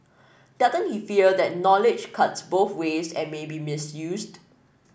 doesn't he fear that knowledge cuts both ways and may be misused